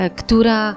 która